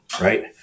right